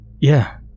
Yeah